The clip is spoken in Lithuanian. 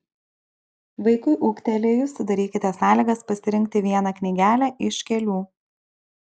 vaikui ūgtelėjus sudarykite sąlygas pasirinkti vieną knygelę iš kelių